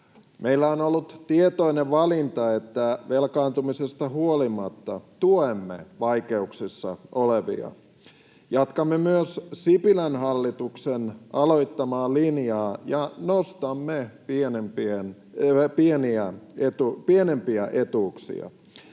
Meillä on ollut tietoinen valinta, että velkaantumisesta huolimatta tuemme vaikeuksissa olevia. Jatkamme myös Sipilän hallituksen aloittamaa linjaa ja nostamme pienempiä etuuksia.